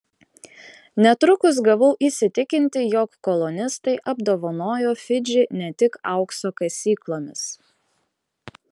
netrukus gavau įsitikinti jog kolonistai apdovanojo fidžį ne tik aukso kasyklomis